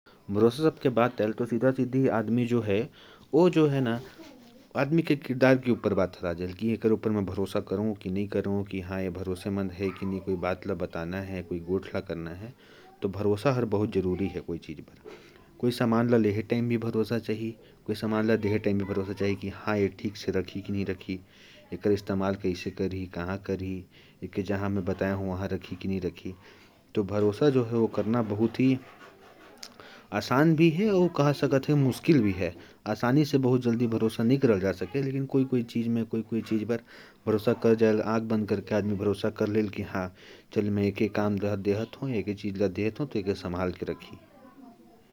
भरोसा की बात आए तो, आदमी के किरदार पर बात आ जाती है। कोई सामान के लेन-देन की बात हो, तो क्या वह समय से वापिस करेगा या नहीं? भरोसा करना बहुत मुश्किल होता है। लेकिन अपने आदमी पर भरोसा करना बहुत आसान होता है।